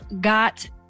Got